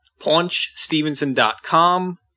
PaunchStevenson.com